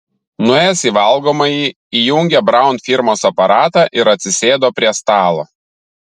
nuėjęs į valgomąjį įjungė braun firmos aparatą ir atsisėdo prie stalo